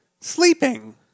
Sleeping